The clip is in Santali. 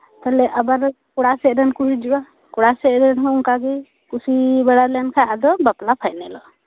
ᱛᱟᱦᱞᱮ ᱟᱵᱟᱨ ᱠᱚᱲᱟ ᱥᱮᱜ ᱨᱮᱱ ᱠᱚ ᱦᱤᱡᱩᱜᱼᱟ ᱠᱚᱲᱟ ᱥᱮᱜ ᱨᱮᱱ ᱦᱚᱸ ᱚᱝᱠᱟᱜᱮ ᱠᱩᱥᱤ ᱵᱟᱲᱟ ᱞᱮᱱ ᱠᱷᱟᱡ ᱟᱫᱚ ᱵᱟᱯᱞᱟ ᱯᱷᱟᱭᱱᱮᱞᱚᱜᱼᱟ